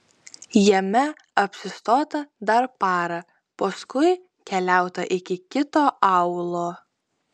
jame apsistota dar parą paskui keliauta iki kito aūlo